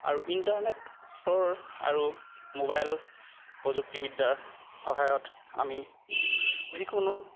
আৰু ইণ্টাৰনেটৰ আৰু ম'বাইল প্ৰযুক্তিবিদ্যাৰ সহায়ত আমি যিকোনো